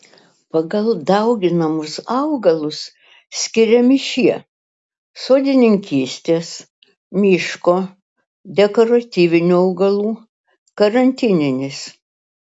pagal dauginamus augalus skiriami šie sodininkystės miško dekoratyvinių augalų karantininis